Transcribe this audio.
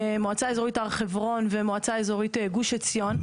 מועצה אזורית הר חברון, ומועצה אזורית גוש עציון.